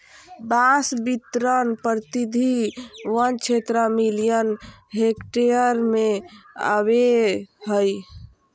बांस बितरण परिधि वन क्षेत्र मिलियन हेक्टेयर में अबैय हइ